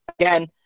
again